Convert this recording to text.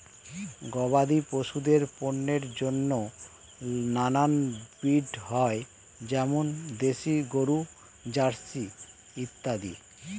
গবাদি পশুদের পণ্যের জন্য নানান ব্রিড হয়, যেমন দেশি গরু, জার্সি ইত্যাদি